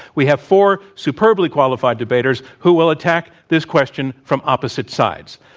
we have four superbly qualified debaters who will attack this question from opposite sides.